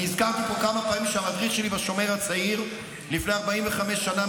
אני הזכרתי פה כמה פעמים שהמדריך שלי בשומר הצעיר לפני 45 שנה,